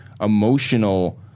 emotional